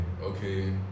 okay